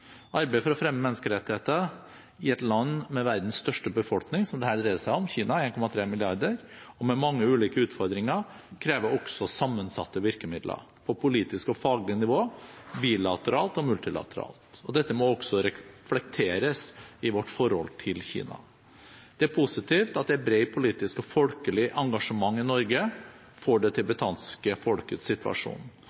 Arbeidet for å fremme menneskerettigheter i et land med verdens største befolkning, som dette dreier seg om – Kina, med 1,3 milliarder innbyggere – og med mange ulike utfordringer krever også sammensatte virkemidler, på politisk og faglig nivå, bilateralt og multilateralt. Dette må også reflekteres i vårt forhold til Kina. Det er positivt at det er et bredt politisk og folkelig engasjement i Norge for det